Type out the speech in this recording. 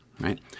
right